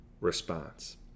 response